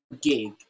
gig